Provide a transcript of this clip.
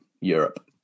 Europe